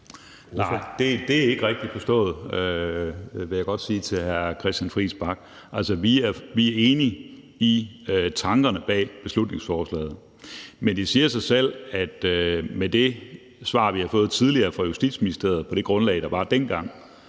Nej, det er ikke rigtigt forstået, vil jeg godt sige til hr. Christian Friis Bach. Altså, vi er enige i tankerne bag beslutningsforslaget, men det siger sig selv, at med det svar, vi har fået tidligere fra Justitsministeriet på det grundlag, der var dengang,